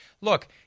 look